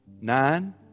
Nine